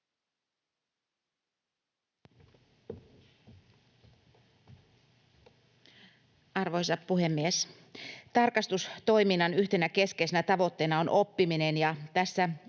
Arvoisa puhemies! Tarkastustoiminnan yhtenä keskeisenä tavoitteena on oppiminen. Tästä